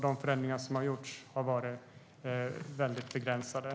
De förändringar som har gjorts har alltså varit väldigt begränsade.